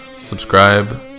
subscribe